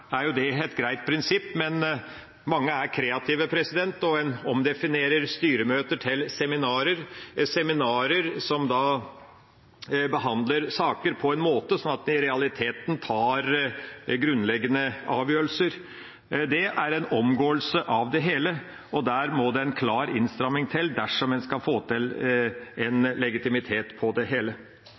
er det et greit prinsipp, men mange er kreative, og en omdefinerer «styremøter» til «seminarer», seminarer som da behandler saker på den måten at de i realiteten tar grunnleggende avgjørelser. Det er en omgåelse, og der må det en klar innstramming til dersom en skal få til en legitimitet av det hele.